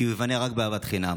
כי הוא ייבנה רק באהבת חינם.